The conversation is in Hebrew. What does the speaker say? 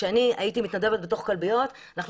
כשאני הייתי מתנדבת בתוך כלביות אנחנו